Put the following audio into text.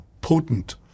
potent